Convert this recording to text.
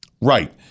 Right